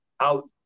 out